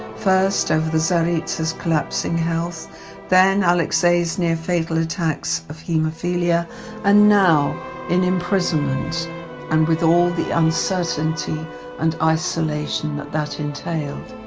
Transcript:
first over the tsaritsa's collapsing health then alexei's near-fatal attacks of hemophilia and now in imprisonment and with all the uncertainty and isolation that that entailed